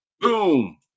Boom